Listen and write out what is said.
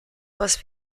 was